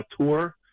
tour